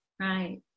Right